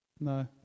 No